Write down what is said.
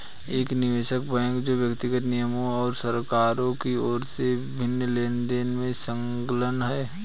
एक निवेश बैंक जो व्यक्तियों निगमों और सरकारों की ओर से वित्तीय लेनदेन में संलग्न है